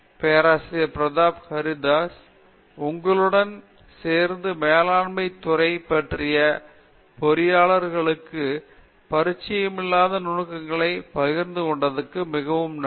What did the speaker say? பேராசிரியர் பிரதாப் ஹரிதாஸ் எங்களுடன் சேர்த்து மேலாண்மை துறை பற்றிய பொறியியலாளர்களுக்கு பரிச்சயமில்லாத நுணுக்கங்களைப் பகிர்ந்து கொண்டதற்கு மிகவும் நன்றி